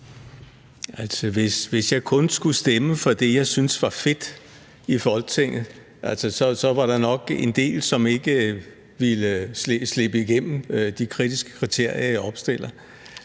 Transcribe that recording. hvis jeg kun skulle stemme for det, jeg syntes var fedt i Folketinget, så var der nok en del, som ikke ville slippe igennem de kritiske kriterier, jeg opstiller.